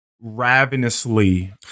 ravenously